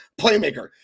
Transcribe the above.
playmaker